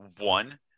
one